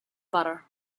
butter